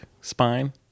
spine